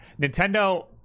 Nintendo